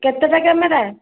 କେତେଟା କ୍ୟାମେରା